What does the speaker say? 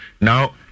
Now